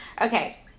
Okay